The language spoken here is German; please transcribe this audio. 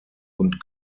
und